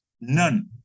none